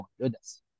goodness